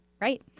Right